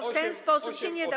W ten sposób się nie da.